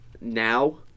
now